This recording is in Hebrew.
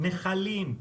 נחלים,